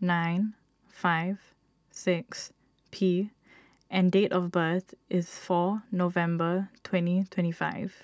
nine five six P and date of birth is four November twenty twenty five